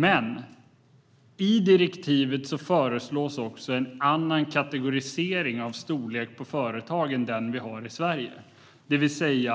Men i direktivet föreslås också en annan kategorisering av storlek på företag än den vi har i Sverige, det vill säga